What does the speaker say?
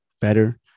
better